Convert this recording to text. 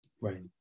Right